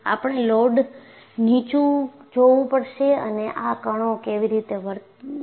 આપણે લોડ નીચુ જોવું પડશે અને આ કણો કેવી રીતે વર્તે છે